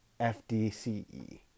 FDCE